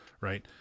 right